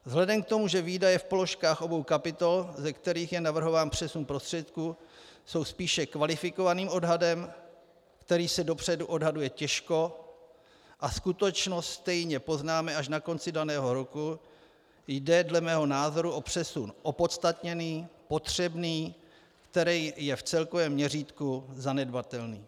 Vzhledem k tomu, že výdaje v položkách obou kapitol, ze kterých je navrhován přesun prostředků, jsou spíše kvalifikovaným odhadem, který se dopředu odhaduje těžko, a skutečnost stejně poznáme až na konci daného roku, jde dle mého názoru o přesun opodstatněný, potřebný, který je v celkovém měřítku zanedbatelný.